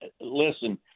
listen